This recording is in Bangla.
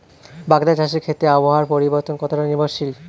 বাগদা চাষের ক্ষেত্রে আবহাওয়ার পরিবর্তন কতটা নির্ভরশীল?